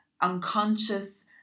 unconscious